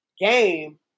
game